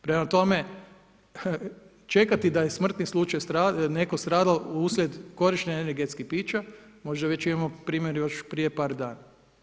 Prema tome, čekati da je smrtni slučaj, netko stradao usred energetskih pića, možda već imamo primjer još prije par dana.